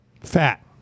Fat